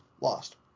lost